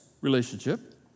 relationship